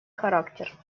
характер